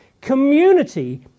Community